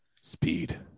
Speed